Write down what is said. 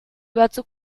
batzuk